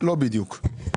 לא בדיוק.